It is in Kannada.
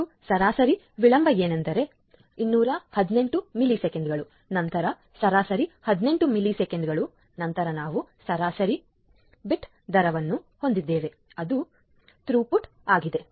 ಮತ್ತು ಸರಾಸರಿ ವಿಳಂಬ ಎಂದರೇನು ಅಂದರೆ 218 ಮಿಲಿಸೆಕೆಂಡುಗಳು ನಂತರ ಸರಾಸರಿ 18 ಮಿಲಿಸೆಕೆಂಡುಗಳು ಮತ್ತು ನಂತರ ನಾವು ಸರಾಸರಿ ಬಿಟ್ ದರವನ್ನು ಹೊಂದಿದ್ದೇವೆ ಅದು ಥ್ರೋಪುಟ್ ಆಗಿದೆ